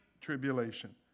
tribulation